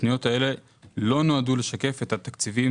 הפניות האלה לא נועדו לשקף את התקציבים